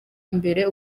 imbere